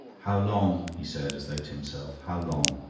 how long? he said, as though to himself how long?